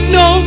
no